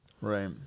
Right